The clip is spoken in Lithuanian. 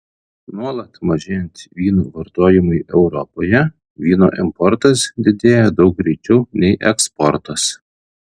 nuolat mažėjant vyno vartojimui europoje vyno importas didėja daug greičiau nei eksportas